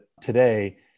today